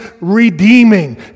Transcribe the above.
redeeming